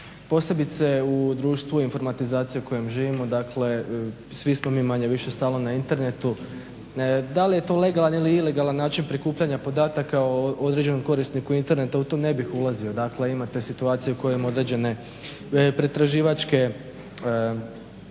posebice u društvu informatizacije u kojem živimo. Dakle, svi smo mi manje-više stalno na internetu. Da li je to legalan ili ilegalan način prikupljanja podataka o određenom korisniku interneta u to ne bih ulazio. Dakle, imate situacije u kojem određene pretraživačke